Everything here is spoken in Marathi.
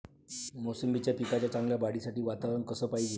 मोसंबीच्या पिकाच्या चांगल्या वाढीसाठी वातावरन कस पायजे?